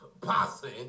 Posse